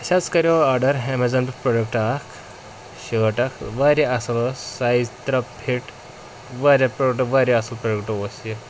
اَسہِ حظ کَریو آرڈَر اٮ۪مٮ۪زان پٮ۪ٹھ پرٛوٚڈَکٹ اَکھ شٲٹ اَکھ واریاہ اَصٕل ٲس سایِز ترٛےٚ فِٹ واریاہ پرٛوٚڈَکٹ واریاہ اَصٕل پرٛوٚڈَکٹ اوس یہِ